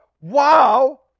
wow